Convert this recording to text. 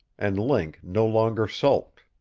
and link no longer sulked.